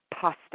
pasta